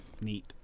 Neat